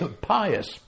pious